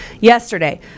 Yesterday